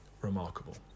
remarkable